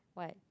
what